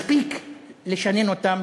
מספיק לשנן אותן,